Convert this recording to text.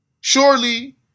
Surely